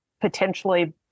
potentially